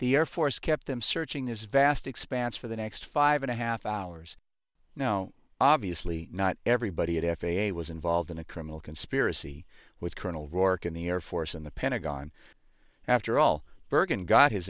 the air force kept them searching this vast expanse for the next five and a half hours no obviously not everybody at f a a was involved in a criminal conspiracy with colonel rourke in the air force and the pentagon after all bergen got his